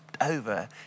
over